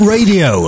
Radio